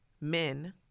men